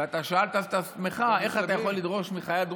ואתה שאלת את עצמך איך אתה יכול לדרוש מחייל דרוזי,